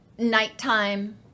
nighttime